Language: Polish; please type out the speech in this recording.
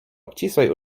obcisłej